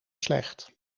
slecht